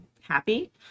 Happy